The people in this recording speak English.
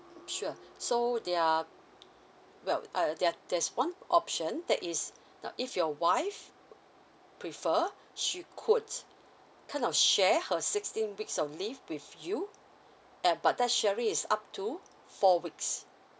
sure so there're well uh there're there's one option that is now if your wife prefer she could kind of share her sixteen weeks of leave with you and but that sharing is up to four weeks